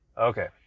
Okay